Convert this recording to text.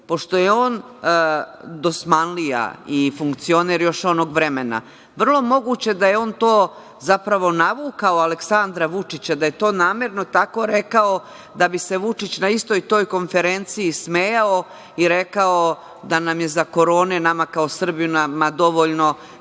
Pošto je on DOS-manlija i funkcioner još onog vremena, vrlo moguće da je on to, zapravo, navukao Aleksandra Vučića, da je to namerno tako rekao da bi se Vučić na istoj toj konferenciji smejao i rekao da nam je za Korone, nama kao Srbima, dovoljno